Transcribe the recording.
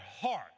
heart